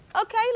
Okay